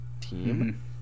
team